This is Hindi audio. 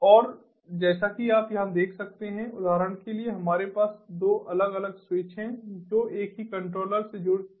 और जैसा कि आप यहाँ देख सकते हैं उदाहरण के लिए हमारे पास 2 अलग अलग स्विच हैं जो एक ही कंट्रोलर से जुड़े हो सकते हैं